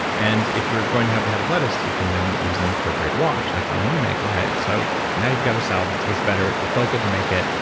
and if you're going to have the head of lettuce, you can then use an appropriate wash, like the one you make on it. so now you've got a salad that tastes better, it felt good to make it,